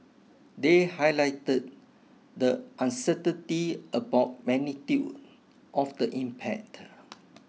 they highlighted the uncertainty about magnitude of the impact